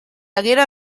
haguera